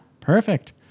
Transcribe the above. perfect